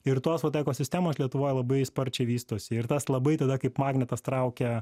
ir tos vat ekosistemos lietuvoj labai sparčiai vystosi ir tas labai tada kaip magnetas traukia